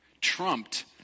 trumped